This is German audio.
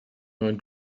neuen